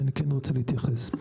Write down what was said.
ואני כן רוצה להתייחס,